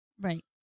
right